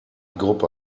gruppe